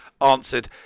answered